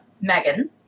Megan